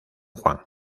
juan